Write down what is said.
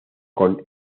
con